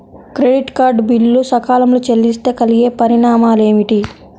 Credit card bill సకాలంలో చెల్లిస్తే కలిగే పరిణామాలేమిటి?